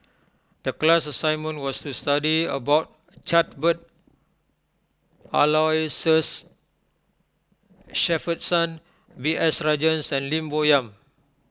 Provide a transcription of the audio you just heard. the class assignment was to study about Aloysius Shepherdson B S Rajhans and Lim Bo Yam